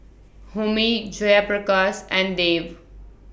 Homi Jayaprakash and Dev